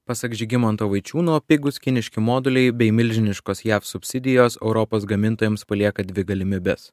pasak žygimanto vaičiūno pigūs kiniški moduliai bei milžiniškos jav subsidijos europos gamintojams palieka dvi galimybes